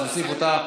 אז נוסיף אותה.